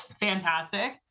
fantastic